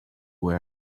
wear